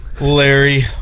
Larry